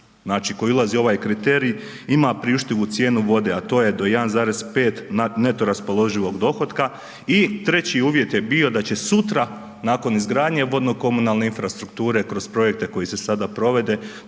znači koji ulazi u ovaj kriterij ima priuštivu cijenu vode, a to je do 1,5 neto raspoloživog dohotka i treći uvjet je bio da će sutra nakon izgradnje vodno-komunalne infrastrukture kroz projekte koji se sada provode